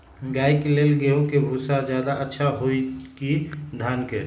गाय के ले गेंहू के भूसा ज्यादा अच्छा होई की धान के?